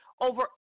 over